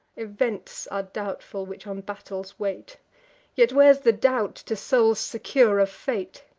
events are doubtful, which on battles wait yet where's the doubt, to souls secure of fate?